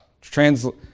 Translate